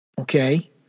Okay